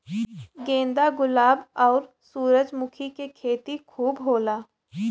गेंदा गुलाब आउर सूरजमुखी के खेती खूब होला